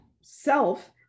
self